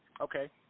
Okay